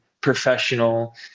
professional